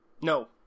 No